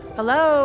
Hello